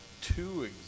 two